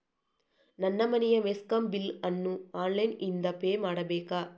ನನ್ನ ಮನೆಯ ಮೆಸ್ಕಾಂ ಬಿಲ್ ಅನ್ನು ಆನ್ಲೈನ್ ಇಂದ ಪೇ ಮಾಡ್ಬೇಕಾ?